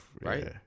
Right